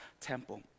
temple